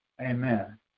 Amen